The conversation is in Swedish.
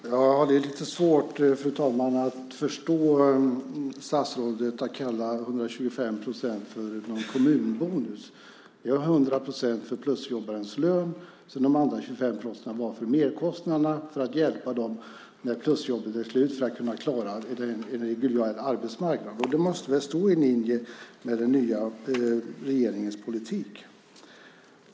Fru talman! Det är lite svårt att förstå att statsrådet kallar 125 procent för kommunbonus. Vi har 100 procent för plusjobbarens lön, och de andra 25 procenten var för merkostnaderna som det innebär att hjälpa dem när plusjobbet är slut så att de kan klara en reguljär arbetsmarknad. Det måste väl stå i linje med den nya regeringens politik!